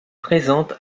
présente